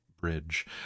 bridge